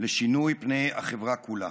לשינוי פני החברה כולה.